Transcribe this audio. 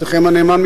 עבדכם הנאמן,